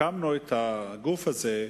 הקמנו את הגוף הזה,